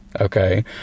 Okay